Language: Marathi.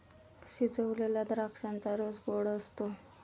शिजवलेल्या द्राक्षांचा रस गोड असतो